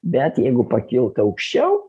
bet jeigu pakiltų aukščiau